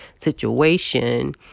situation